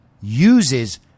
uses